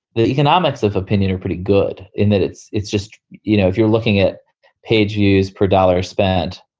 the economics of opinion are pretty good in that it's it's just, you know, if you're looking at page views per dollar spent,